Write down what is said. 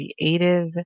creative